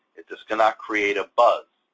it just cannot create a buzz.